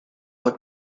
for